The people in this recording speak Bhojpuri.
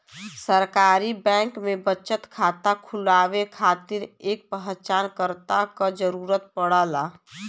सरकारी बैंक में बचत खाता खुलवाये खातिर एक पहचानकर्ता क जरुरत पड़ला